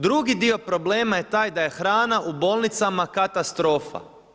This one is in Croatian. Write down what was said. Drugi dio problema je taj da je hrana u bolnicama katastrofa.